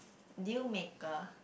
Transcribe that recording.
dealmaker